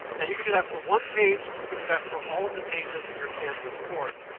and you can do that for one page you can do that for all of the pages in your canvass course.